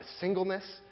singleness